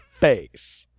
face